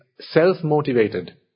self-motivated